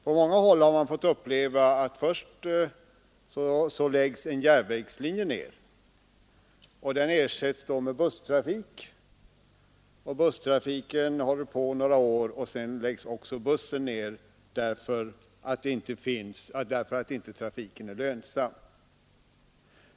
På många håll har man fått uppleva att först en järnvägslinje lagts ned och ersatts med busstrafik, och sedan att busstrafiken — efter att ha drivits några år — också lagts ned därför att inte trafiken är lönsam.